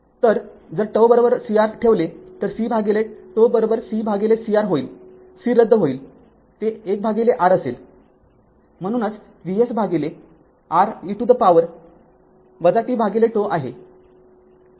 तर जर τ CR ठेवले तर C भागिले τ C भागिले CR होईल C रद्द होईल ते १R असेल म्हणूनच VsR e to the power tτ आहे